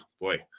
boy